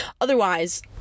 Otherwise